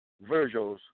Virgil's